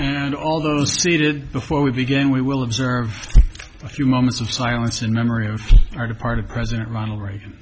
and all those seated before we begin we will observe a few moments of silence in memory of a part of president ronald reagan